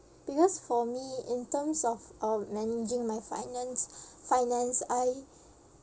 because for me in terms of uh managing my finance finance I